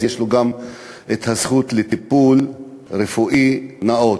אז יש לו גם את הזכות לטיפול רפואי נאות.